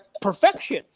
perfection